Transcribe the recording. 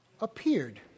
Appeared